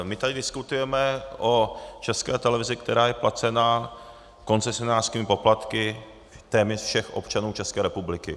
My tady diskutujeme o České televizi, která je placena koncesionářskými poplatky téměř všech občanů České republiky.